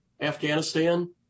Afghanistan